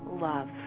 love